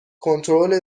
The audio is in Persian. کنترل